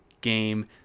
game